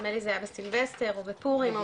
נדמה לי זה היה בסילבסטר או בפורים או